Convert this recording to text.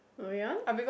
oh ya